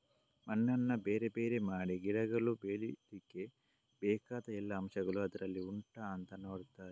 ಮಣ್ಣನ್ನ ಬೇರೆ ಬೇರೆ ಮಾಡಿ ಗಿಡಗಳು ಬೆಳೀಲಿಕ್ಕೆ ಬೇಕಾದ ಎಲ್ಲಾ ಅಂಶಗಳು ಅದ್ರಲ್ಲಿ ಉಂಟಾ ಅಂತ ನೋಡ್ತಾರೆ